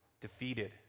defeated